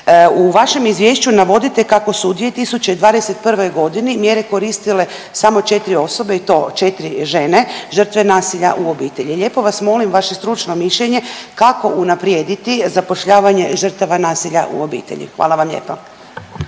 U vašem Izvješću navodite kako su u 2021. g. mjere koristile samo 4 osobe i to 4 žene žrtve nasilja u obitelji. Lijepo vas molim, vaše stručno mišljenje, kako unaprijediti zapošljavanje žrtava nasilja u obitelji? Hvala vam lijepa.